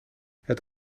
het